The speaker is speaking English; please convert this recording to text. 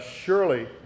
Surely